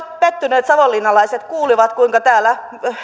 pettyneet savonlinnalaiset kuulivat kuinka täällä